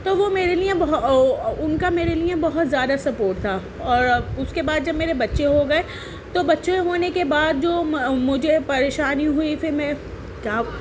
تو وہ میرے لیے ان کا میرے لیے بہت زیادہ سپورٹ تھا اور اس کے بعد جب میرے بچے ہو گئے تو بچے ہونے کے بعد جو مجھے پریشانی ہوئی پھر میں کیا